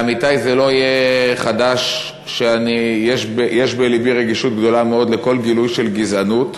לעמיתי זה לא יהיה חדש שיש בלבי רגישות גדולה מאוד לכל גילוי של גזענות,